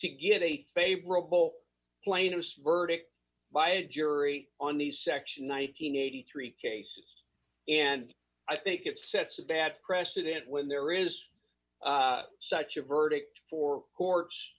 to get a favorable planers verdict by a jury on these section one hundred and eighty three cases and i think it sets a bad precedent when there is such a verdict for a court